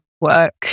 work